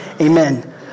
Amen